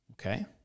Okay